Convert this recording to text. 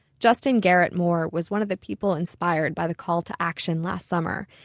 justin garrett moore was one of the people inspired by the call to action last summer.